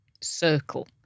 circle